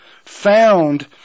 found